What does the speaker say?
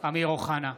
אמיר אוחנה,